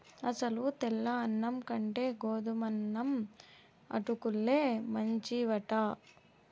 అసలు తెల్ల అన్నం కంటే గోధుమన్నం అటుకుల్లే మంచివట